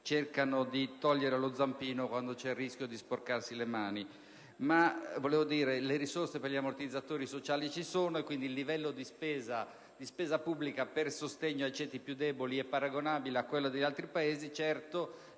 cercano di togliere lo zampino quando c'è il rischio di sporcarsi le mani. Dunque, le risorse per gli ammortizzatori sociali ci sono. Quindi, il livello di spesa pubblica per il sostegno ai ceti più deboli è paragonabile a quello di altri Paesi. Certo,